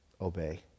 Obey